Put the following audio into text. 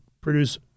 produce